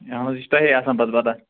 اَہَن حظ یہِ چھِ تۄہی آسان پتہٕ پَتَہ